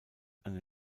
eine